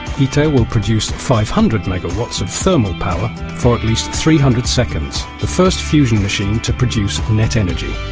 yeah iter will produce five hundred megawatts of thermal power for at least three hundred seconds, the first fusion machine to produce net energy.